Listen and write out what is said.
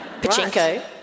Pachinko